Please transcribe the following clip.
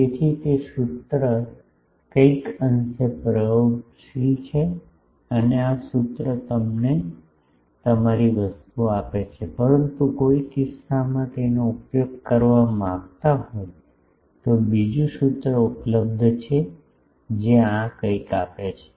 તેથી તે સૂત્ર કંઈક અંશે પ્રયોગશીલ છે અને આ સૂત્ર તમને સારી વસ્તુ આપે છે પરંતુ કોઈ કિસ્સામાં તેનો ઉપયોગ કરવા માંગતો હોય તો બીજું સૂત્ર ઉપલબ્ધ છે જે આ કંઈક આપે છે